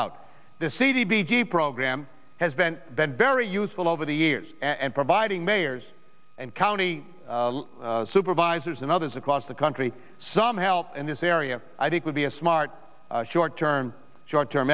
out the c b d program has been been very useful over the years and providing mayors and county supervisors and others across the country some help in this area i think would be a smart short term short term